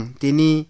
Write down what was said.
tini